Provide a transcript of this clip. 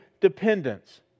dependence